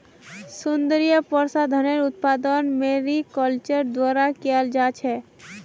सौन्दर्य प्रसाधनेर उत्पादन मैरीकल्चरेर द्वारा कियाल जा छेक